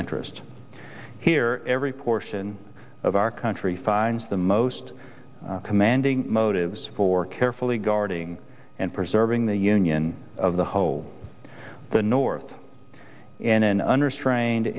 interest here every portion of our country finds the most commanding motives for carefully guarding and preserving the union of the whole the north and in under strained